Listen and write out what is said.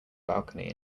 balcony